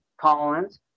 Collins